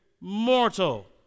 mortal